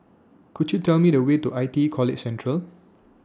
Could YOU Tell Me The Way to I T E College Central